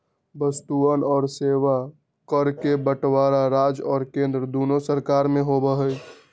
वस्तुअन और सेवा कर के बंटवारा राज्य और केंद्र दुन्नो सरकार में होबा हई